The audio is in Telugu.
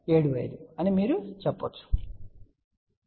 75 అని మీరు చెప్పగలరు